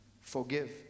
forgive